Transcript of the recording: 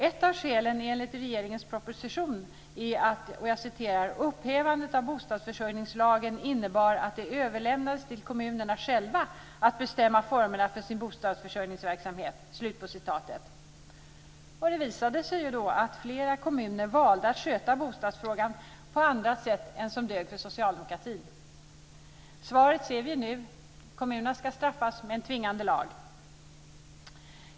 Ett av skälen, enligt regeringens proposition, är att "upphävandet av bostadsförsörjningslagen innebar att det överlämnades till kommunerna själva att bestämma formerna för sin bostadsförsörjningsverksamhet". Det visade sig då att flera kommuner valde att sköta bostadsfrågan på andra sätt än vad som dög för socialdemokratin. Svaret ser vi nu: Kommunerna ska straffas med en tvingande lag.